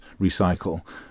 recycle